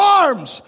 arms